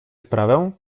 sprawę